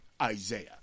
Isaiah